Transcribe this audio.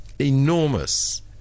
enormous